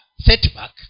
Setback